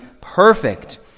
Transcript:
perfect